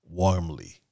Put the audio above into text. warmly